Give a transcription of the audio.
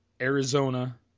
Arizona